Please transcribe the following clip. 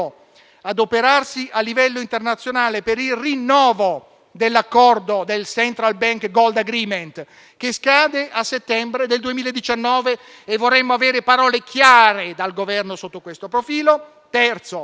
adoperarsi a livello internazionale per il rinnovo dell'accordo del Central bank gold agreement, che scade a settembre del 2019. Vorremmo avere parole chiare dal Governo sotto questo profilo. Il terzo